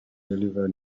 deliver